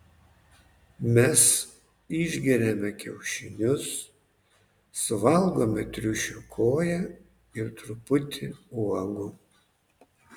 mes išgeriame kiaušinius suvalgome triušio koją ir truputį uogų